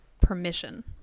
permission